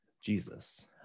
Jesus